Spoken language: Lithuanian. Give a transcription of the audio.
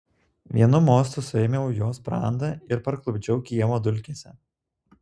vienu mostu suėmiau jo sprandą ir parklupdžiau kiemo dulkėse